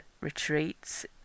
retreats